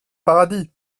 paradis